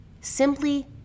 simply